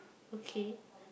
okay